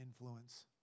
influence